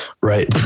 Right